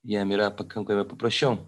jiem yra pakankamai paprasčiau